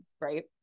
Right